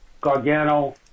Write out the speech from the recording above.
Gargano